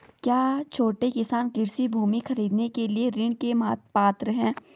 क्या छोटे किसान कृषि भूमि खरीदने के लिए ऋण के पात्र हैं?